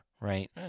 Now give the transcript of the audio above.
Right